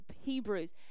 Hebrews